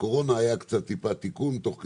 בקורונה היה קצת טיפה תיקון תוך כדי,